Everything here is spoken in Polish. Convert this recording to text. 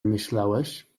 myślałeś